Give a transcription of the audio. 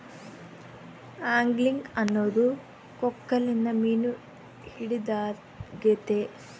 angling ಅನ್ನೊದು ಕೊಕ್ಕೆಲಿಂದ ಮೀನು ಹಿಡಿದಾಗೆತೆ